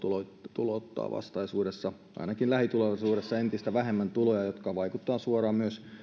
tulouttaa vastaisuudessa ainakin lähitulevaisuudessa entistä vähemmän tuloja jotka vaikuttavat suoraan myös